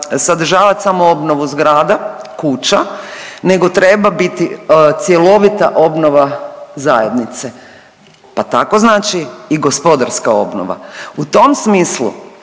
sadržavati samo obnovu zgrada, kuća nego treba biti cjelovita obnova zajednice, pa tako znači i gospodarska obnova. U tom smislu